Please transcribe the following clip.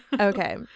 Okay